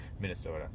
Minnesota